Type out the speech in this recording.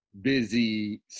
busy